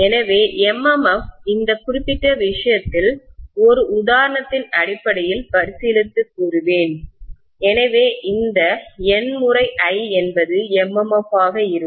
எனவே MMF இந்த குறிப்பிட்ட விஷயத்தில் ஒரு உதாரணத்தின் அடிப்படையில் பரிசீலித்து கூறுவேன் எனவே இந்த N முறை I என்பது MMF ஆக இருக்கும்